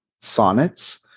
Sonnets